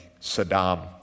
Saddam